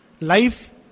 Life